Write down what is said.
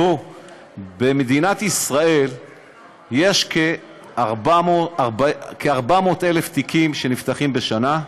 במדינת ישראל יש כ-400,000 תיקים שנפתחים בשנה.